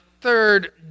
third